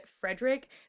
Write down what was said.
Frederick